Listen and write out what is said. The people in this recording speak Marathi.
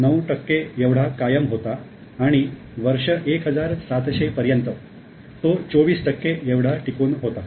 9 टक्के एवढा कायम होता आणि वर्ष 1700 पर्यंत तो 24 टक्के एवढा टिकून होता